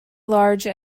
large